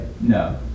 no